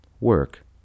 Work